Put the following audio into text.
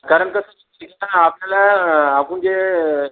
कारण कसं आपल्याला आपण जे